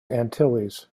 antilles